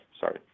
Sorry